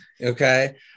Okay